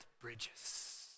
bridges